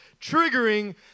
triggering